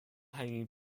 hanging